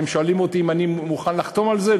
אתם שואלים אותי אם אני מוכן לחתום על זה?